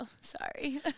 Sorry